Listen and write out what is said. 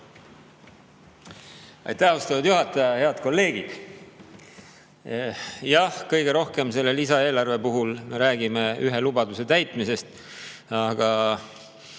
Aitäh, austatud juhataja! Head kolleegid! Jah, kõige rohkem selle lisaeelarve puhul me räägime ühe lubaduse täitmisest. Aga